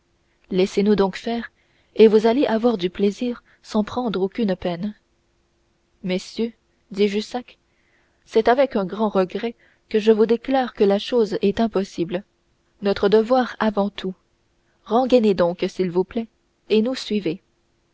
laissez-nous donc faire et vous allez avoir du plaisir sans prendre aucune peine messieurs dit jussac c'est avec grand regret que je vous déclare que la chose est impossible notre devoir avant tout rengainez donc s'il vous plaît et nous suivez